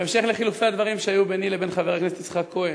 בהמשך לחילופי הדברים שהיו ביני לבין חבר הכנסת יצחק כהן,